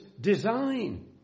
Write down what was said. design